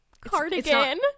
Cardigan